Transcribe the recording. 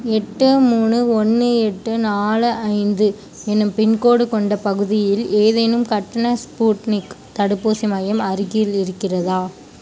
எட்டு மூணு ஒன்று எட்டு நாலு ஐந்து என்னும் பின்கோடு கொண்ட பகுதியில் ஏதேனும் கட்டண ஸ்பூட்னிக் தடுப்பூசி மையம் அருகில் இருக்கிறதா